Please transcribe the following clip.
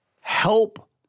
help